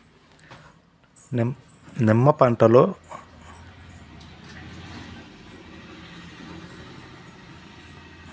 నిమ్మ పంటలో మంచి హైబ్రిడ్ మొక్క ఏది?